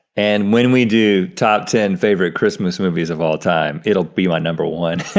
and when we do top ten favorite christmas movies of all time, it'll be my number one.